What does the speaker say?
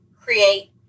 create